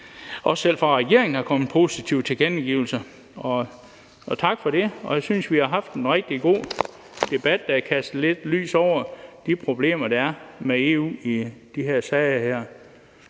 Selv fra regeringen er der kommet positive tilkendegivelser, og tak for det. Jeg synes, vi har haft en rigtig god debat, der har kastet lidt lys over de problemer, der er med EU i de her sager.